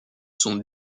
son